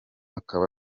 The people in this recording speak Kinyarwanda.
akaba